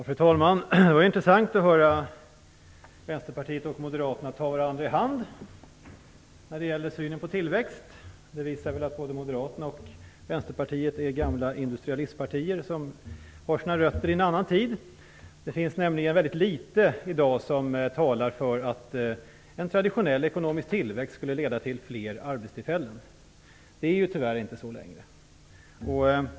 Fru talman! Det var intressant att höra Vänsterpartiet och Moderaterna ta varandra i hand när det gäller synen på tillväxt. Det visar att både Moderaterna och Vänsterpartiet är gamla industrialistpartier som har sina rötter i en annan tid. Det finns nämligen väldigt litet i dag som talar för att en traditionell ekonomisk tillväxt skulle leda till fler arbetstillfällen. Det är tyvärr inte så längre.